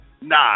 Nah